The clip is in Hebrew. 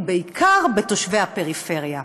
ובעיקר בתושבי הפריפריה.